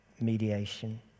mediation